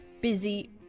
busy